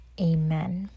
amen